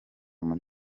muri